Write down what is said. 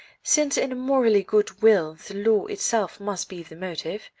since in a morally good will the law itself must be the motive,